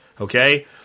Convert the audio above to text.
Okay